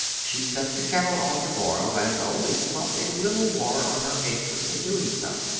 she set the kettle on to boil and only slopped a little water on her apron in doing so.